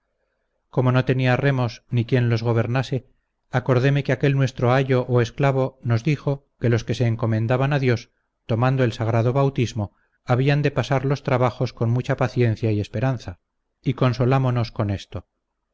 como no tenía remos ni quien los gobernase acordeme que aquel nuestro ayo o esclavo nos dijo que los que se encomendaban a dios tomando el sagrado bautismo habían de pasar los trabajos con mucha paciencia y esperanza y consolámonos con esto